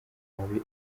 mabi